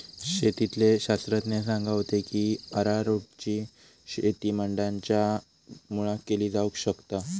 शेतीतले शास्त्रज्ञ सांगा होते की अरारोटची शेती माडांच्या मुळाक केली जावक शकता